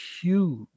huge